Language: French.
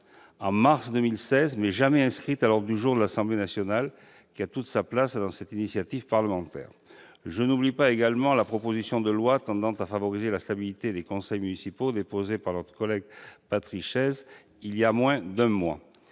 en mars 2016, mais jamais inscrite à l'ordre du jour de l'Assemblée nationale. Elle a toute sa place dans cette initiative parlementaire. Je n'oublie pas non plus la proposition de loi tendant à favoriser la stabilité des conseils municipaux, déposée par notre collègue Patrick Chaize il y a moins d'un mois.